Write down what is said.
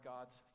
God's